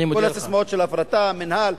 כל הססמאות של הפרטה, המינהל,